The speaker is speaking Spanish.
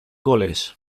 college